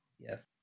Yes